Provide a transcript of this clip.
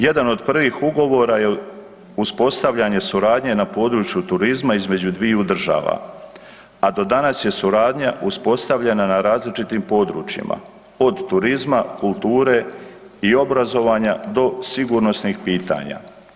Jedan od prvih ugovora je uspostavljanje suradnje na području turizma između dviju država, a do danas je suradnja uspostavljena na različitim područjima, od turizma, kulture i obrazovanja do sigurnosnih pitanja.